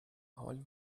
حال